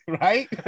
right